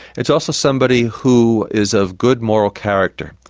it's also somebody who is of good moral character.